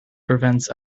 prevents